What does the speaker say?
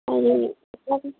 ꯍꯥꯏꯗꯤ ꯁꯨꯝ